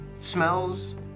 smells